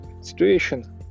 situation